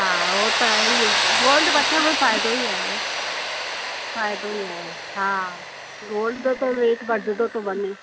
हा उहो त आहे ई गोल्ड वठण में फ़ाइदो ई आहे फ़ाइदो ई आहे हा गोल्ड जो त रेट वधंदो थो वञे